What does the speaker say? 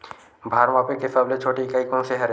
भार मापे के सबले छोटे इकाई कोन सा हरे?